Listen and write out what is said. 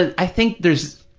i think there's,